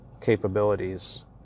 capabilities